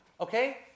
Okay